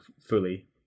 fully